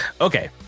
Okay